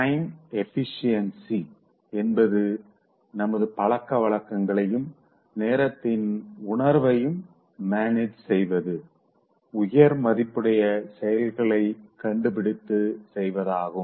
time efficiency என்பது நமது பழக்க வழக்கங்களையும் நேரத்தின் உணர்வையும் மேனேஜ் செய்து உயர் மதிப்புடைய செயல்களை கண்டு பிடித்து செய்வதாகும்